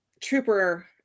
trooper